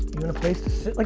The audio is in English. you in a place to sit. like